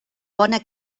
bona